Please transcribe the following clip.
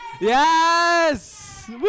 Yes